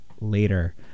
later